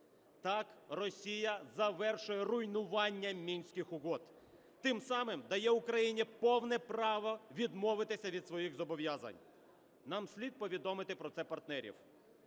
Так Росія завершує руйнування Мінських угод, тим самим дає Україні повне право відмовитися від своїх зобов'язань. Нам слід повідомити про це партнерів.